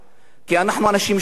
כי אנחנו אנשים שקטים,